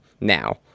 now